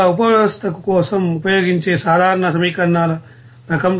ఒకే ఉపవ్యవస్థ కోసం ఉపయోగించే సాధారణ సమీకరణాల రకం